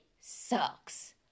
sucks